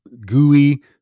gooey